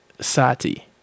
Sati